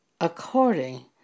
according